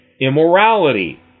immorality